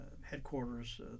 headquarters